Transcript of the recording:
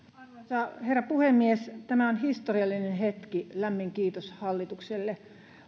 arvoisa herra puhemies tämä on historiallinen hetki lämmin kiitos hallitukselle